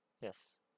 Yes